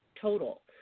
total